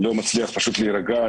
לא מצליח פשוט להירגע.